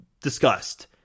discussed